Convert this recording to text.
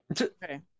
Okay